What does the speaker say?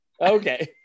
Okay